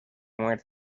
muerte